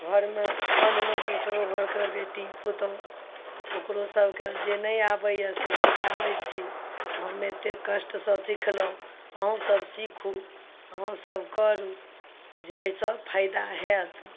घरमे अनलहुँ दोसरो घरके बेटी पुतहु ओकरो सबके जे नहि आबय यऽ से सिखाबय छी एते कष्टसँ सिखलहुँ अहुँ सब सीखू अहुँ सब करू जे अइसँ फायदा होयत